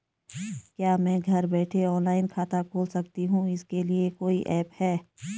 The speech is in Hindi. क्या मैं घर बैठे ऑनलाइन खाता खोल सकती हूँ इसके लिए कोई ऐप है?